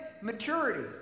maturity